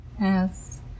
Yes